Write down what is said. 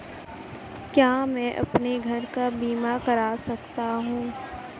क्या मैं अपने घर का बीमा करा सकता हूँ?